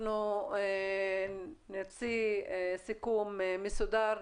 אנחנו נוציא סיכום מסודר.